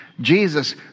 Jesus